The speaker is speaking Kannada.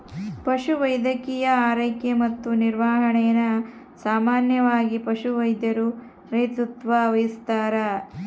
ಪಶುವೈದ್ಯಕೀಯ ಆರೈಕೆ ಮತ್ತು ನಿರ್ವಹಣೆನ ಸಾಮಾನ್ಯವಾಗಿ ಪಶುವೈದ್ಯರು ನೇತೃತ್ವ ವಹಿಸ್ತಾರ